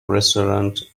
restaurants